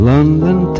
London